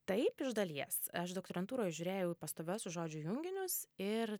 taip iš dalies aš doktorantūroj žiūrėjau į pastoviuosius žodžių junginius ir